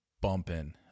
Bumping